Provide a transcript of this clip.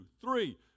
three